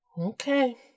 Okay